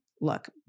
Look